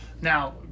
Now